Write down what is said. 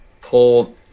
pull